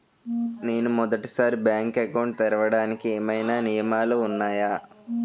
నేను మొదటి సారి బ్యాంక్ అకౌంట్ తెరవడానికి ఏమైనా నియమాలు వున్నాయా?